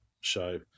show